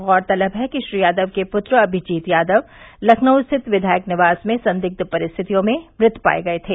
गौरतलब है कि श्री यादव के पुत्र अभिजीत यादव लखनऊ स्थित विधायक निवास में संदिष्य परिस्थितिर्यो में मृत पाये गये थे